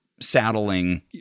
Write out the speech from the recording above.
saddling